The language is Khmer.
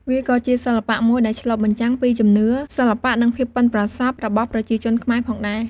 វាក៏ជាសិល្បៈមួយដែលឆ្លុះបញ្ចាំងពីជំនឿ សិល្បៈ និងភាពប៉ិនប្រសប់របស់ប្រជាជនខ្មែរផងដែរ។